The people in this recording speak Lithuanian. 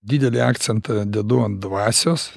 didelį akcentą dedu ant dvasios